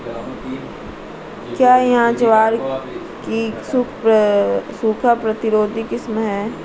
क्या यह ज्वार की सूखा प्रतिरोधी किस्म है?